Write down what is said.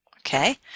Okay